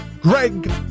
Greg